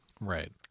Right